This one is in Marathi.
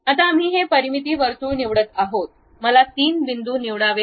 आता आम्ही ते परिमिती वर्तुळ निवडत आहोत मला तीन बिंदू निवडावेत